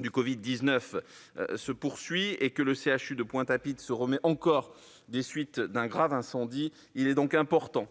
du covid-19 se poursuit et que le CHU de Pointe-à-Pitre se remet encore des suites d'un grave incendie, il est donc important